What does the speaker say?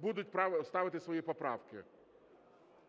будуть ставити свої поправки?